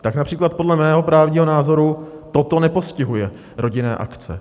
Tak například podle mého právního názoru toto nepostihuje rodinné akce.